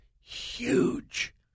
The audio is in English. huge